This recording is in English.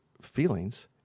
Feelings